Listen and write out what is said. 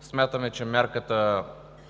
смятаме, че мярката